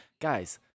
guys